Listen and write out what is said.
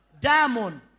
Diamond